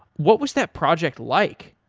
what was that project like?